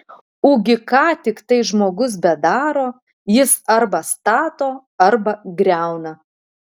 ugi ką tiktai žmogus bedaro jis arba stato arba griauna